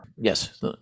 yes